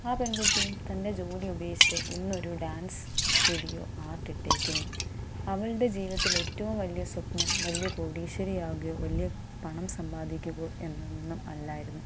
ആ പെൺകുട്ടിയും തൻ്റെ ജോലി ഉപേക്ഷിച്ച് ഇന്നൊരു ഡാൻസ് സ്റ്റുഡിയോ ആർട്ട് ഇട്ടേക്കുന്നു അവളുടെ ജീവിതത്തിലെ ഏറ്റവും വലിയ സ്വപ്നം വലിയ കോടീശ്വരി ആവുകയോ വലിയ പണം സമ്പാദിക്കുവോ എന്നൊന്നും അല്ലായിരുന്നു